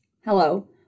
Hello